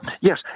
Yes